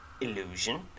illusion